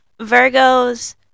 Virgos